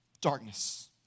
darkness